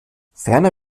ferner